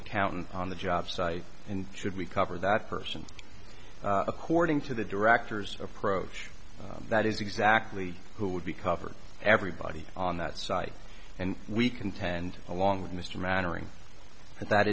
accountant on the job site and should we cover that person according to the director's approach that is exactly who would be covered everybody on that site and we contend along with mr mannering that that